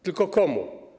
Tylko komu?